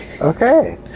Okay